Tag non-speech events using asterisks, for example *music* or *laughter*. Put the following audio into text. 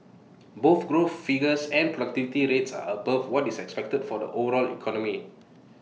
*noise* both growth figures and productivity rates are above what is expected for the overall economy